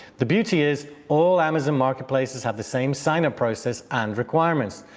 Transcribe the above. the beauty is, all amazon marketplaces have the same sign up process and requirements.